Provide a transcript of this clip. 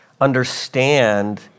understand